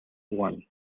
one